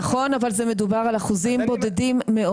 נכון, אבל מדובר על אחוזים בודדים מאוד.